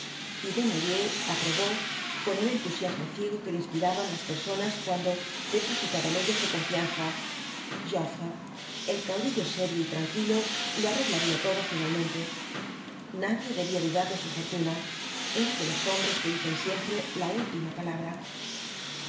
y desnoyers aprobó con el entusiasmo ciego que le inspiraban las personas cuando depositaba en ellas su confianza joffre el caudillo serio y tranquilo lo arreglaría todo finalmente nadie debía dudar de su fortuna era de los hombres que dicen siempre la última palabra